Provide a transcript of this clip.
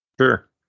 Sure